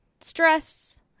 stress